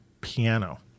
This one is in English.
piano